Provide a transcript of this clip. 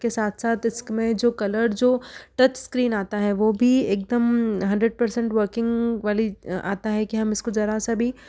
के साथ साथ डिस्क में जो कलर जो टच स्क्रीन आता है वो भी एकदम हंड्रेड परसेंट वर्किंग वाली आता है कि हम इसको जरा सा भी